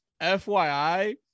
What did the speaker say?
FYI